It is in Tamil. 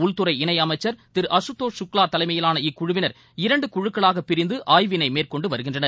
உள்துறை இணை அமைச்சர் திரு அசுதோஷ் சுக்வா தலைமையிலான இக்குழுவினர் இரண்டு குழுக்களாக பிரிந்து ஆய்வினை மேற்கொண்டு வருகின்றனர்